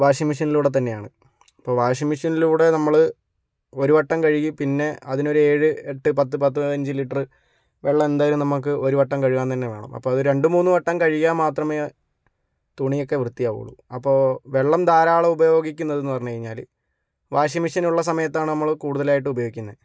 washing മഷീനിലൂടെ തന്നെയാണ് ഇപ്പം വാഷിംഗ് മഷീനിലൂടെ നമ്മൾ ഒരുവട്ടം കഴുകി പിന്നെ അതിനൊരേഴ് എട്ട് പത്ത് പത്ത്പതിനഞ്ച് ലിറ്റർ വെള്ളം എന്തായാലും നമുക്ക് ഒരുവട്ടം കഴുകാന് തന്നെ വേണം അപ്പം അത് രണ്ടും മൂന്നും വട്ടം കഴുകിയാൽ മാത്രമേ തുണിയൊക്കെ വൃത്തിയാവുകയുള്ളൂ അപ്പോൾ വെള്ളം ധാരാളം ഉപയോഗിക്കുന്നതെന്ന് പറഞ്ഞുകഴിഞ്ഞാൽ വാഷിംഗ് മഷീന് ഉള്ള സമയത്താണ് നമ്മള് കൂടുതലായിട്ട് ഉപയോഗിക്കുന്നത്